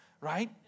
right